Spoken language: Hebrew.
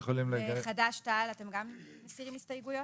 חד"ש-תע"ל, אתם גם מסירים הסתייגויות?